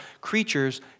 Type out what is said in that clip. creatures